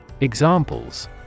Examples